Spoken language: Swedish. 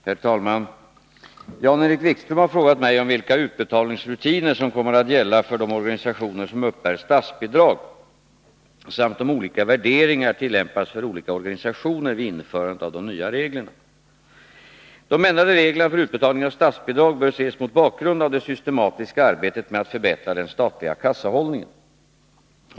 Herr talman! Jan-Erik Wikström har frågat mig om vilka utbetalningsrutiner som kommer att gälla för de organisationer som uppbär statsbidrag, samt om olika värderingar tillämpas för olika organisationer vid införandet av de nya reglerna. De ändrade reglerna för utbetalning av statsbidrag bör ses mot bakgrund av det systematiska arbetet med att förbättra den statliga kassahållningen.